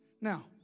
Now